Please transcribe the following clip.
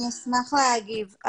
אני אשמח להגיב.